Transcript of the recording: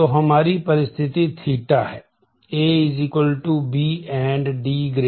तो हमारी परिस्थिति थीटा है A B D5